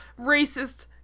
racist